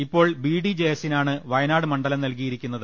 ഇപ്പോൾ ബിഡിജെഎസിനാണ് വയനാട് മണ്ഡലം നൽകിയിരിക്കുന്നത്